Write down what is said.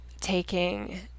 taking